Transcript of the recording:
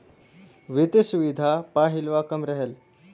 वित्तिय सुविधा प हिलवा कम रहल